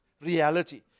reality